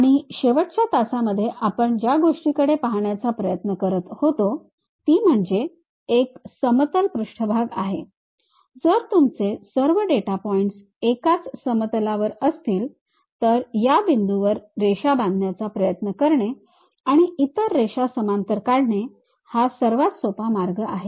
आणि शेवटच्या तासामध्ये आपण ज्या गोष्टीकडे पाहण्याचा प्रयत्न करत होतो ती म्हणजे तो एक समतल पृष्ठभाग आहे जर तुमचे सर्व डेटा पॉइंट्स एकाच समतलावर असतील तर या बिंदूंवर रेषा बांधण्याचा प्रयत्न करणे आणि इतर रेषा समांतर काढणे हा सर्वात सोपा मार्ग आहे